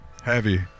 Heavy